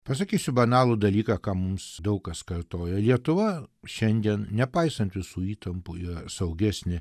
pasakysiu banalų dalyką ką mums daug kas kartojo lietuva šiandien nepaisant visų įtampų yra saugesnė